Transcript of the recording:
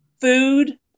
food